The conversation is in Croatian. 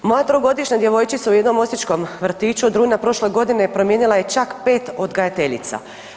Moja trogodišnja djevojčica u jednom osječkom vrtiću od rujna prošle godine promijenila je čak 5 odgajateljica.